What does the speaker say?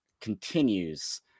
continues